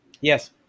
yes